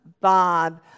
Bob